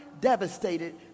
devastated